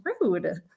rude